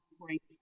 great